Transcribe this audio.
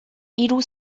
hiru